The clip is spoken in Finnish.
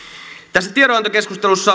tässä tiedonantokeskustelussa